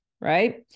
Right